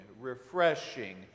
refreshing